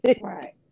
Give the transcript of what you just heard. Right